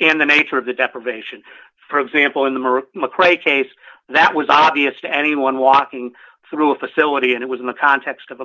and the nature of the deprivation for example in the marine mccrae case that was obvious to anyone walking through a facility and it was in the context of